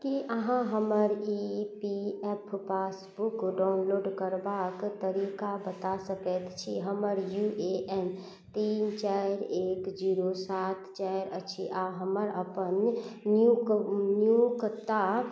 की अहाँ हमर E P F passbook download करबाक तरीका बताय सकैत छी हमर यू ए एन तीन चारि एक जीरो सात चारि अछि आओर हमर अपन नियोक्ताक